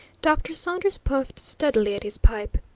dr. saunders puffed steadily at his pipe.